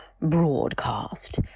broadcast